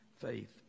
faith